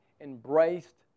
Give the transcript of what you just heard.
embraced